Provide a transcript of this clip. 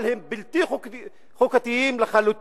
אבל הם בלתי חוקתיים לחלוטין.